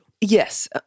Yes